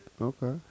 Okay